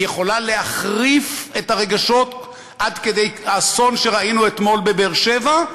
היא יכולה להחריף את הרגשות עד כדי האסון שראינו אתמול בבאר-שבע,